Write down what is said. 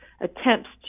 attempts